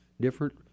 different